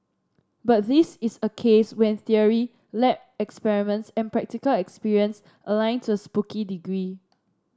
but this is a case when theory lab experiments and practical experience align to a spooky degree